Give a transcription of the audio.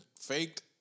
faked